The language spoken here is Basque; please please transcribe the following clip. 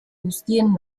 guztien